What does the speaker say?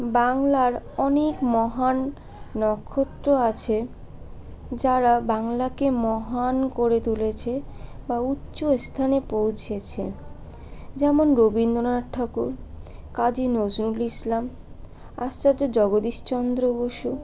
বাংলার অনেক মহান নক্ষত্র আছে যারা বাংলাকে মহান করে তুলেছে বা উচ্চ স্থানে পৌঁছিয়েছে যেমন রবীন্দ্রনাথ ঠাকুর কাজি নজরুল ইসলাম আচার্য জগদীশ চন্দ্র বসু